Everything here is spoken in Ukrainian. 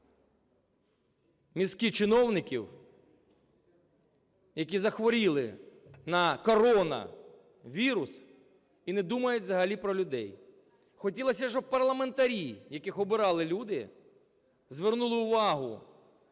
мізки чиновників, які захворіли на корона-вірус і не думають взагалі про людей. Хотілося б, щоб парламентарі, яких обирали люди, звернули увагу